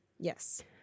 Yes